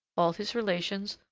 all his relations,